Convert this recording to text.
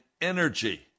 energy